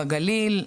בגליל,